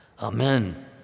amen